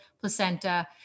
placenta